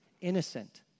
innocent